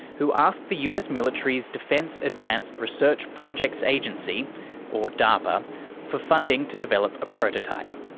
who asked the us military's defence advanced research projects agency or darpa for funding to develop a prototype.